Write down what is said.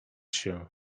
się